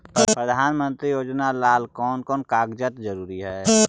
प्रधानमंत्री योजना ला कोन कोन कागजात जरूरी है?